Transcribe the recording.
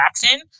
jackson